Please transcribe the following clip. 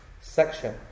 section